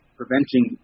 preventing